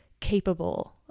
capable